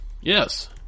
Yes